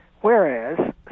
Whereas